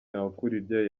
ntawukuriryayo